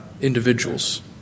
individuals